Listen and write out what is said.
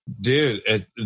Dude